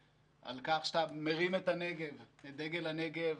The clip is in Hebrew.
על כך שאתה מרים את דגל הנגב,